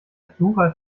plural